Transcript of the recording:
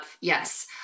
Yes